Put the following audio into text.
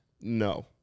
No